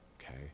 okay